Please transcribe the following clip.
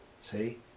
See